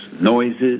noises